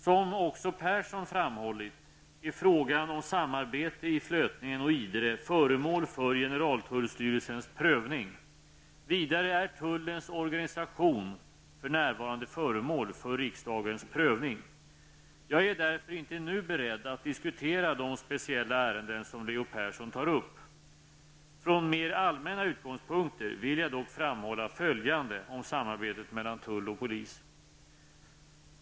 Som också Persson framhållit är frågan om samarbete i Flötningen och Idre föremål för generaltullstyrelsens prövning. Vidare är tullens organisation för närvarande föremål för riksdagens prövning. Jag är därför inte nu beredd att diskutera de speciella ärenden som Leo Persson tar upp. Från mer allmänna utgångspunkter vill jag dock framhålla följande om samarbetet mellan tull och polis.